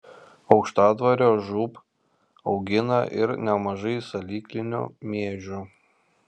aukštadvario žūb augina ir nemažai salyklinių miežių